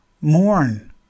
Mourn